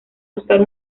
buscar